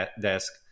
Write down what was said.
desk